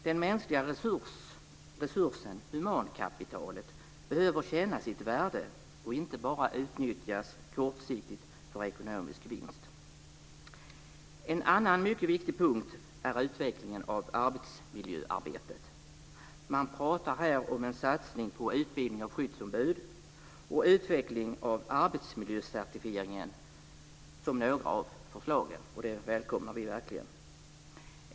Den mänskliga resursen - humankapitalet - behöver känna sitt värde och inte bara utnyttjas kortsiktigt för ekonomisk vinst. En annan mycket viktig punkt är utvecklingen av arbetsmiljöarbetet. Man pratar här om en satsning på utbildning av skyddsombud och utveckling av arbetsmiljöcertifieringen som några av förslagen. Det välkomnar vi verkligen.